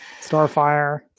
Starfire